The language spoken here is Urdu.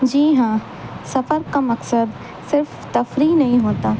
جی ہاں سفر کا مقصد صرف تفریح نہیں ہوتا